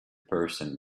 person